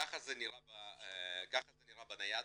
כך זה נראה בטלפון הנייד.